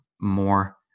more